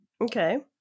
Okay